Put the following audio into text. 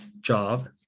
job